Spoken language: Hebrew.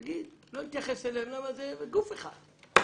נגיד שלא נתייחס אליה כי זה גוף אחד?